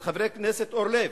של חבר הכנסת אורלב,